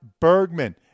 Bergman